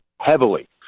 heavily